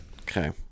Okay